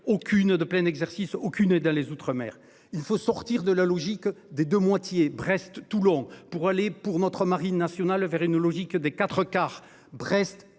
aucune de plein exercice aucune dans les Outre-mer. Il faut sortir de la logique des 2 moitiés, Brest, Toulon, pour aller pour notre Marine nationale vers une logique des 4 quarts, Brest, Toulon.